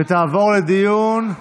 ותעבור לדיון,